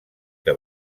que